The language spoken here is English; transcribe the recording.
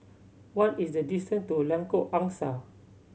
what is the distance to Lengkok Angsa